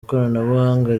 ikoranabuhanga